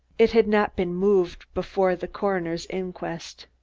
it had not been moved before the coroner's inquest.